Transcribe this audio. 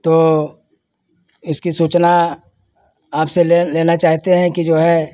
तो इसकी सूचना आपसे ले लेना चाहते हैं कि जो है